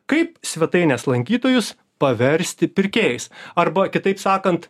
kaip svetainės lankytojus paversti pirkėjais arba kitaip sakant